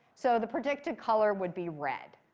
so the predicted color would be red.